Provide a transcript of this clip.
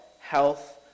health